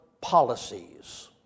policies